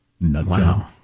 Wow